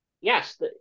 Yes